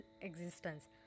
existence